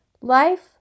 Life